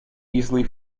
easily